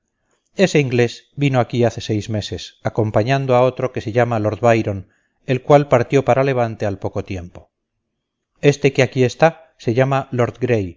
ese inglés vino aquí hace seis meses acompañando a otro que se llama lord byron el cual partió para levante al poco tiempo este que aquí está se llama